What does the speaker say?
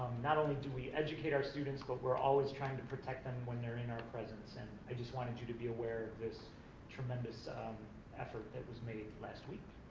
not only do we educate our students, but we're always trying to protect them when they're in our presence, and i just wanted you to be aware of this tremendous um effort that was made last week.